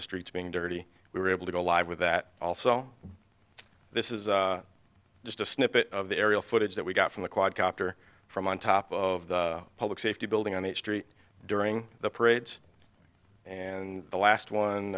the streets being dirty we were able to live with that also this is just a snippet of the aerial footage that we got from the quad copter from on top of the public safety building on the street during the parades and the last one